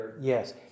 Yes